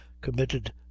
committed